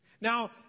Now